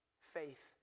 faith